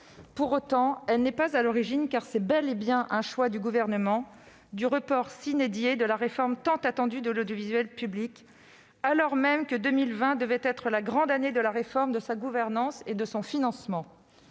Pour autant, cette pandémie n'est pas à l'origine- il s'agit bien d'un choix du Gouvernement -du report de la réforme tant attendue de l'audiovisuel public, alors même que l'année 2020 devait être la grande année de la réforme de sa gouvernance et de son financement.